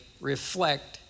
reflect